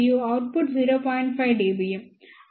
5 dBm అయితే 2